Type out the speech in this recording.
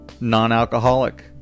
non-alcoholic